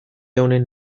honen